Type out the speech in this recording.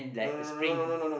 no no no no no no no no